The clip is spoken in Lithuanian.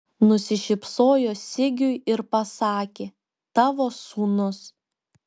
nusišypsojo sigiui ir pasakė tavo sūnus